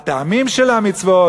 הטעמים של המצוות,